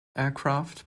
aircraft